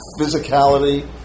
physicality